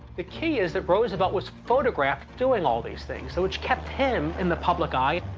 the key is that roosevelt was photographed doing all these things so which kept him in the public eye.